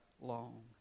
long